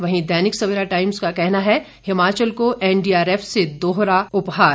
वहीं दैनिक सवेरा टाइम्स का कहना है हिमाचल को एनडीआरएफ से दोहरा उपहार